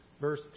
verse